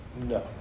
no